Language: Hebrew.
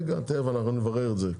תכף נברר את זה.